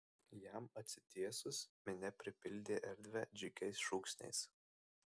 jam atsitiesus minia pripildė erdvę džiugiais šūksniais